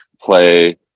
play